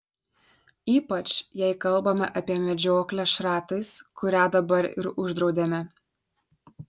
ypač jei kalbame apie medžioklę šratais kurią dabar ir uždraudėme